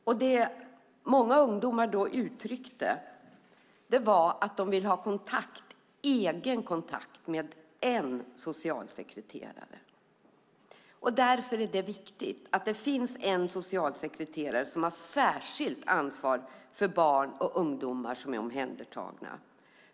Det som många ungdomar då uttryckte var att de ville ha egen kontakt med en socialsekreterare. Därför är det viktigt att det finns en socialsekreterare som har särskilt ansvar för barn och ungdomar som är omhändertagna.